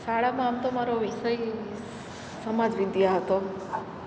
શાળામાં આમ તો મારો વિષય સમાજવિદ્યા હતો